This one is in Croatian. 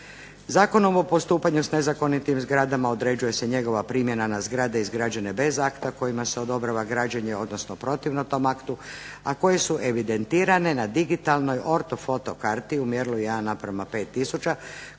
Zakonom o postupanju s nezakonitim zgradama određuje se njegova primjena na zgrade izgrađene bez akta kojima se odobrava građenje odnosno protivno tom aktu, a koje su evidentirane na digitalnoj ortofoto karti u mjerilu 1:5000